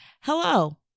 Hello